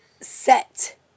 set